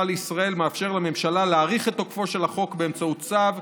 לישראל מאפשר לממשלה להאריך את תוקפו של החוק באמצעות צו,